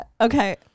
Okay